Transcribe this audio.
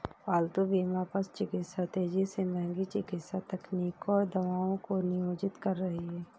पालतू बीमा पशु चिकित्सा तेजी से महंगी चिकित्सा तकनीकों और दवाओं को नियोजित कर रही है